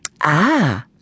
Ah